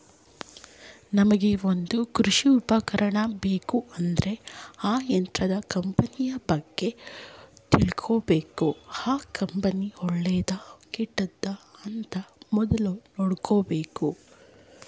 ನಮ್ಗೆ ಒಂದ್ ಕೃಷಿ ಉಪಕರಣ ಬೇಕು ಅಂದ್ರೆ ಆ ಯಂತ್ರದ ಕಂಪನಿ ಬಗ್ಗೆ ತಿಳ್ಕಬೇಕು ಆ ಕಂಪನಿ ಒಳ್ಳೆದಾ ಕೆಟ್ಟುದ ಅಂತ ಮೊದ್ಲು ನೋಡ್ಬೇಕು